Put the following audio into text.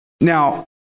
Now